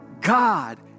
God